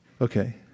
Okay